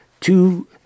two